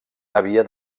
havia